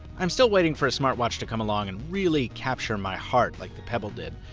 i'm still waiting for a smartwatch to come along and really capture my heart, like the pebble did.